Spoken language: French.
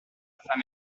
femme